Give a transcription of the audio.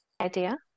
idea